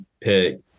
pick